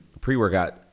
pre-workout